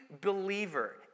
believer